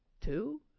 two